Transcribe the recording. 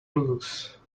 lose